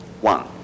One